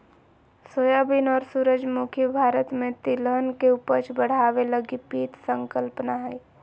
soybean और सूरजमुखी भारत में तिलहन के उपज बढ़ाबे लगी पीत संकल्पना हइ